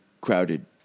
crowded